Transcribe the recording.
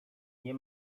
nie